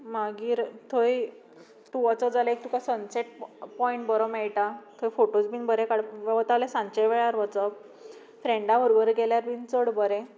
मागीर थंय तूं वचत जाल्यार एक तुका सनसॅट पॉयन्ट बरो मेळटा थंय फोटोझ बीन बरे काडपा वता जाल्यार सांजे वेळार वचप फ्रॅंडा बरोबर गेल्यार बीन चड बरें